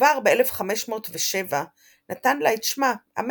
וכבר ב-1507 נתן לה את שמה "אמריקה"